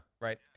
Right